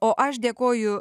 o aš dėkoju